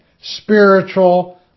spiritual